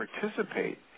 participate